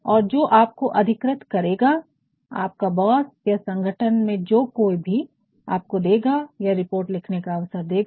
और जो आपको अधिकृत करेगा आपका बॉस या संगठन में जो भी आपको देगा या रिपोर्ट लिखने का अवसर देगा